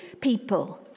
people